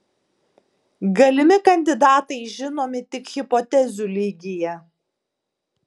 galimi kandidatai žinomi tik hipotezių lygyje